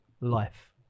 life